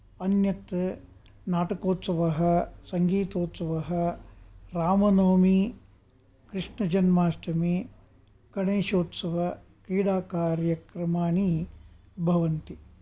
अन्यत् नाटकोत्सवः सङ्गीतोत्सवः रामनवमी कृष्णजन्माष्टमी गणेशोत्सवः क्रीडाकार्यक्रमाणि भवन्ति